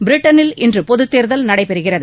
பிரிட்டனில் இன்று பொதுத்தேர்தல் நடைபெறுகிறது